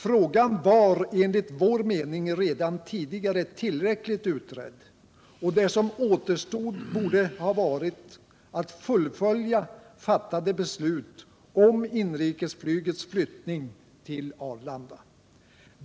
Frågan var, enligt vår åsikt, redan tidigare tillräckligt utredd; det som återstod borde ha varit fullföljandet av fattade beslut om inrikesflygets flyttning till Arlanda.